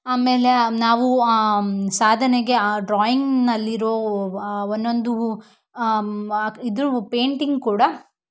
ಆಮೇಲೆ ನಾವು ಆ ಸಾಧನೆಗೆ ಆ ಡ್ರಾಯಿಂಗ್ನಲ್ಲಿರೋ ಒನ್ನೊಂದು ಇದೂ ಪೇಂಟಿಂಗ್ ಕೂಡ